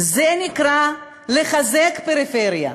זה נקרא לחזק את הפריפריה.